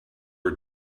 are